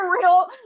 real